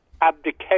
abdication